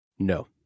No